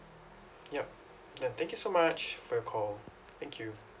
yup now thank you so much for your call thank you